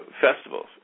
festivals